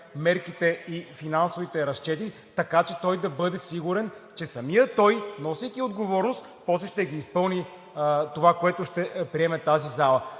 мерките и финансовите разчети, така че да бъде сигурен, че самият той, носейки отговорност, после ще изпълни това, което ще приеме тази зала.